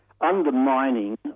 undermining